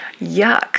Yuck